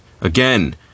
Again